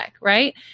right